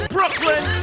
Brooklyn